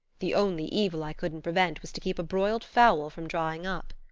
the only evil i couldn't prevent was to keep a broiled fowl from drying up.